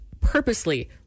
purposely